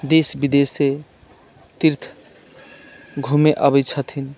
देश विदेशसँ तीर्थ घूमय अबैत छथिन